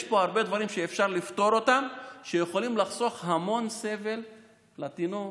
יש פה הרבה דברים שאפשר לפתור ויכולים לחסוך המון סבל לתינוק,